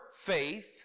faith